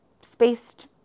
spaced